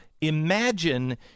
imagine